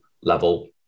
level